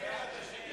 מי בעד ההסתייגות?